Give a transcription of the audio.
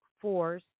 force